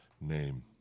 name